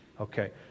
Okay